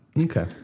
Okay